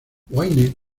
wayne